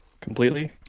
completely